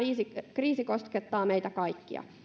kriisi koskettaa meitä kaikkia